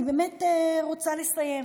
אני באמת רוצה לסיים.